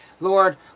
Lord